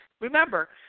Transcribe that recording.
remember